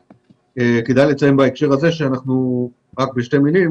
כדאי לציין בהקשר הזה רק בשתי מילים